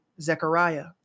Zechariah